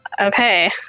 Okay